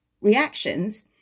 Reactions